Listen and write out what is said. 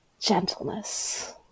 Gentleness